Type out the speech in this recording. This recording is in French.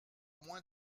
moins